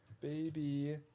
Baby